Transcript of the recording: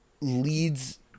leads